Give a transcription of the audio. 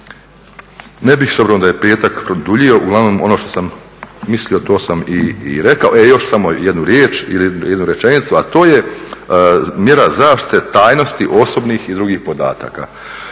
Ne bih s obzirom da je petak produljio, uglavnom ono što sam mislio to sam i rekao. E još samo jednu riječ ili jednu rečenicu, a to je mjera zaštite tajnosti osobnih i drugih podataka.